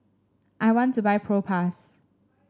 I want to buy Propass